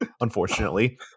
unfortunately